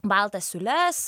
baltas siūles